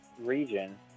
region